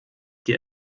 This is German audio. dir